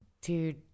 Dude